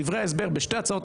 עודד פורר (יו"ר ועדת העלייה,